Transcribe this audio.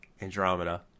Andromeda